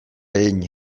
egin